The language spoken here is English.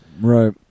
Right